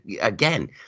again